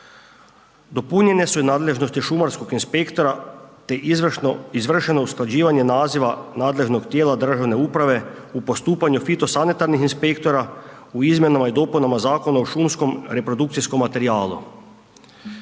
Dopunjene su i nadležnosti šumarskog inspektora, te izvršeno usklađivanje naziva nadležnog tijela državne uprave u postupanju fito sanitarnih inspektora, u izmjenama i dopunama Zakona o šumskom reprodukcijskom materijalu.